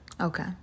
Okay